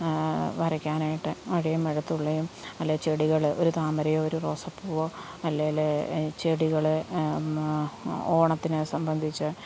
വരയ്ക്കാനായിട്ട് മഴയും മഴത്തുള്ളിയും അല്ലെങ്കിൽ ചെടികൾ ഒരു താമരയോ ഒരു റോസാപ്പൂവോ അല്ലെങ്കിൽ ചെടികൾ ഓണത്തിനെ സംബന്ധിച്ച്